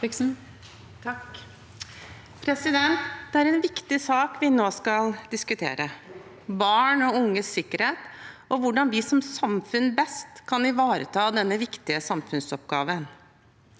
Det er en viktig sak vi nå skal diskutere: barn og unges sikkerhet og hvordan vi som samfunn best kan ivareta denne viktige samfunnsoppgaven.